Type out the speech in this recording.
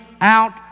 out